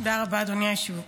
תודה רבה, אדוני היושב-ראש.